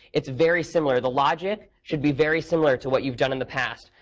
it's very similar. the logic should be very similar to what you've done in the past.